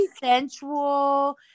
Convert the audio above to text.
sensual